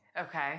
Okay